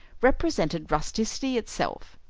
represented rusticity itself.